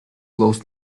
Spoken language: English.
lost